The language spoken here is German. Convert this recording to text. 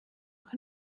auch